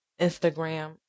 Instagram